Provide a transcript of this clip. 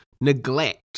neglect